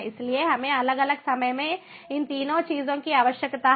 इसलिए हमें अलग अलग समय में इन तीनों चीजों की आवश्यकता है